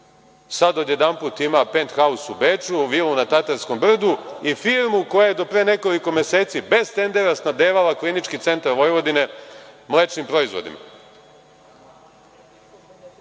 sad odjedanput ima penthaus u Beču, vilu na Tatarskom brdu i firmu koja je do pre nekoliko meseci, bez tendera, snabdevala KC Vojvodine mlečnim proizvodima. Što